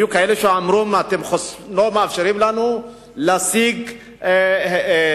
היו כאלה שאמרו: אתם לא מאפשרים לנו להשיג תקציבים,